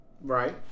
Right